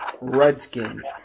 Redskins